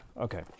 Okay